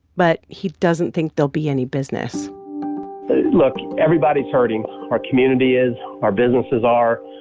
but he doesn't think there'll be any business look. everybody's hurting our community is, our businesses are.